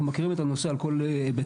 אנחנו מכירים את הנושא על כל היבטיו.